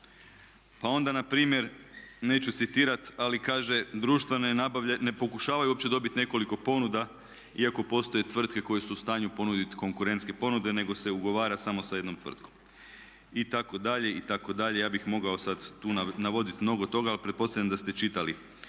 Pa onda npr., neću citirati ali kaže društva ne pokušavaju uopće dobiti nekoliko ponuda iako postoje tvrtke koje su u stanju ponuditi konkurentske ponude nego se ugovara samo sa jednom tvrtkom. I tako dalje i tako dalje, ja bih mogao sad tu navoditi mnogo toga ali pretpostavljam da ste čitali